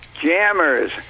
jammers